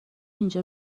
اینجا